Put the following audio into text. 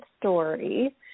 story